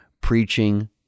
preaching